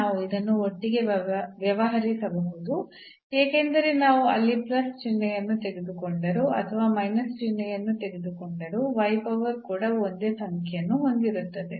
ನಾವು ಇದನ್ನು ಒಟ್ಟಿಗೆ ವ್ಯವಹರಿಸಬಹುದು ಏಕೆಂದರೆ ನಾವು ಅಲ್ಲಿ ಪ್ಲಸ್ ಚಿಹ್ನೆಯನ್ನು ತೆಗೆದುಕೊಂಡರೂ ಅಥವಾ ಮೈನಸ್ ಚಿಹ್ನೆಯನ್ನು ತೆಗೆದುಕೊಂಡರೂ y ಪವರ್ ಕೂಡ ಒಂದೇ ಸಂಖ್ಯೆಯನ್ನು ಹೊಂದಿರುತ್ತದೆ